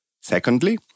Secondly